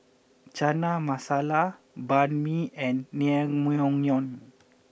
Chana Masala Banh Mi and Naengmyeon